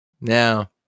Now